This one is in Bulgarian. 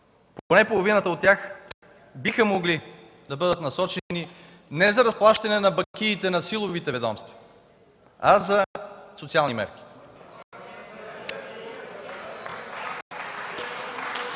поне половината от тях биха могли да бъдат насочени не за разплащане на бакиите на силовите ведомства, а за социални мерки.